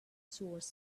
source